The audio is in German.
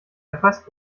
erfasst